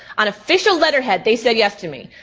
on official letterhead, they said yes to me.